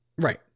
Right